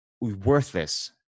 worthless